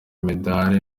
imidari